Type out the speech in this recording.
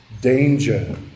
danger